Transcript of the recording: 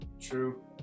True